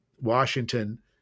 Washington